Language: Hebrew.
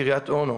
קרית אונו,